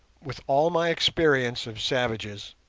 with all my experience of savages,